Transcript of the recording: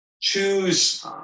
choose